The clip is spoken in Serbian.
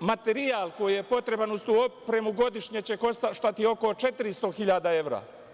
materijal koji je potreban uz tu opremu godišnje će koštati oko 400 hiljada evra.